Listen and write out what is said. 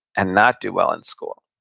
and not do well in school.